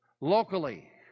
locally